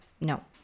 no